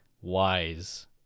WISE